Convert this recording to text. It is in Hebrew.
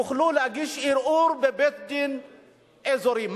יוכלו להגיש ערעור בבית-דין אזורי,